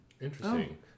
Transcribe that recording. Interesting